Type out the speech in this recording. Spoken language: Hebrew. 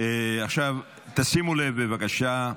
תשימו לב בבקשה.